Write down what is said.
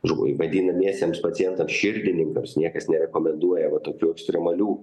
žmoi vadinamiesiems pacientams širdininkams niekas nerekomenduoja va tokių ekstremalių